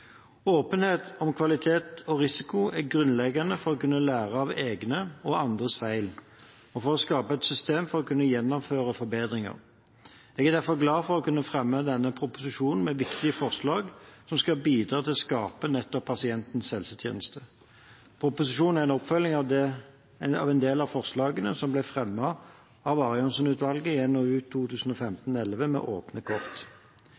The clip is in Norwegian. Åpenhet om kvalitet og risiko er grunnleggende for å kunne lære av egne og andres feil, og for å skape et system for å kunne gjennomføre forbedringer. Jeg er derfor glad for å kunne fremme denne proposisjonen med viktige forslag som skal bidra til å skape nettopp pasientens helsetjeneste. Proposisjonen er en oppfølging av en del av forslagene som ble fremmet av Arianson-utvalget i NOU 2015:11, Med åpne kort.